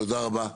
תודה רבה.